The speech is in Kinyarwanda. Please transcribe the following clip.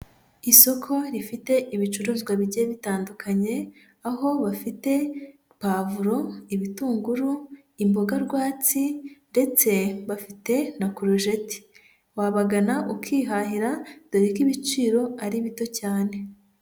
Isoko rifite ibicuruzwa bigiye bitandukanye, aho bafite pavuro, ibitunguru, imboga rwatsi ndetse bafite na korojeti. Wabagana ukihahira dore ko ibiciro ari bito cyane.